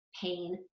pain